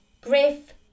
Griff